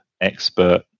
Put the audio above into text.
expert